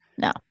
no